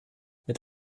mit